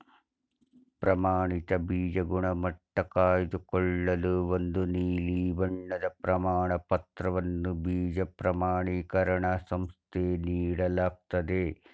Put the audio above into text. ಪ್ರಮಾಣಿತ ಬೀಜ ಗುಣಮಟ್ಟ ಕಾಯ್ದುಕೊಳ್ಳಲು ಒಂದು ನೀಲಿ ಬಣ್ಣದ ಪ್ರಮಾಣಪತ್ರವನ್ನು ಬೀಜ ಪ್ರಮಾಣಿಕರಣ ಸಂಸ್ಥೆ ನೀಡಲಾಗ್ತದೆ